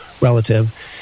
relative